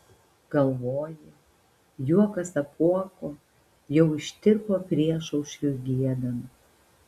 galvoji juokas apuoko jau ištirpo priešaušriui giedant